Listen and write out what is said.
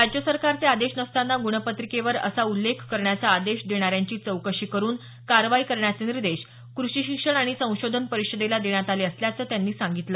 राज्य सरकारचे आदेश नसताना गुणपत्रिकेवर असा उल्लेख करण्याचा आदेश देणाऱ्यांची चौकशी करून कारवाई करण्याचे निर्देश कृषी शिक्षण आणि संशोधन परिषदेला देण्यात आले असल्याचं त्यांनी सांगितलं